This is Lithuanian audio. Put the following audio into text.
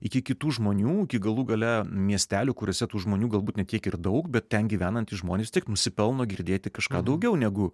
iki kitų žmonių iki galų gale miestelių kuriuose tų žmonių galbūt ne tiek ir daug bet ten gyvenantys žmonės vis tiek nusipelno girdėti kažką daugiau negu